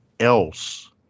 else